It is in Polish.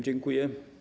Dziękuję.